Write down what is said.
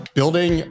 building